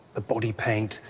the body paint,